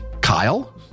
Kyle